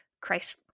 Christ